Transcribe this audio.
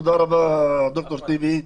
תודה רבה, ד"ר טיבי.